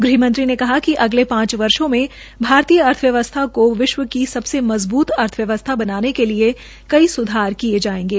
गृहमंत्री ने कहा कि अगले पांच वर्षो में भारतीय अर्थव्यवस्था को विश्व की सबसे मज़बूत अर्थव्यवस्था बनाने के लिए सुधार किये जायेंगे